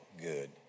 good